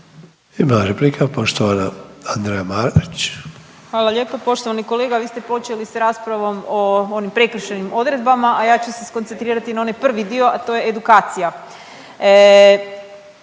Marić. **Marić, Andreja (SDP)** Hvala lijepa. Poštovani kolega vi ste počeli sa raspravom o onim prekršajnim odredbama, a ja ću se skoncentrirati na onaj prvi dio, a to je edukacija.